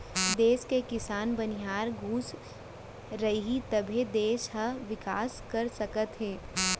देस के किसान, बनिहार खुस रहीं तभे देस ह बिकास कर सकत हे